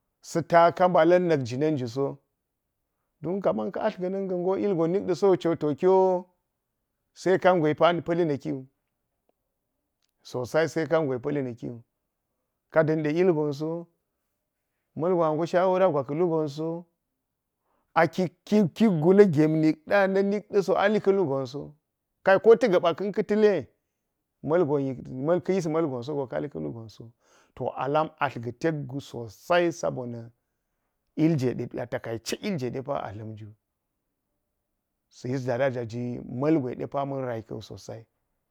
ta̱ mbala̱n na̱k jinin wu so. dun kaman ka̱ atl ga̱ na̱n gango de kumde ilgon mikɗa sogo to kyo se kangwe sa pa̱li na̱kiwu – sosai se kangwe sa̱ pa̱li na̱ kiwu, ka da̱n de ilgon so ma̱lgon a go shawara gwe ka̱ lu gon soi a kik-kik gu na̱ ngen nak ɗa na̱ na̱k ɗa̱ so, ali ka̱lu gon so. Kai kota̱ ga̱ba ka̱n ka̱ ta̱le ma̱lgon yik-ka̱ yis ma̱lgon so go kali ka̱ hi gon so to a lam atl ga̱ tetgu so sai, sabonna ilgwe ɗe a takaice ɗe ilgwe a dla̱m ju sa̱ yis dara ja ma̱ljwe de pa ma̱n rai ka̱wu.